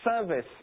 service